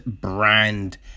brand